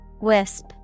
Wisp